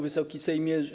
Wysoki Sejmie!